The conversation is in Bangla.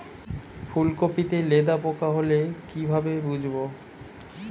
ফুলকপিতে লেদা পোকা হলে কি ভাবে বুঝবো?